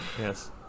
Yes